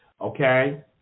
Okay